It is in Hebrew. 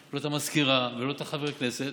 לא את המזכירה ולא את חברי הכנסת